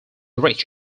rich